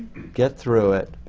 get through it,